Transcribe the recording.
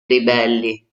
ribelli